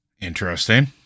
Interesting